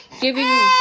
Giving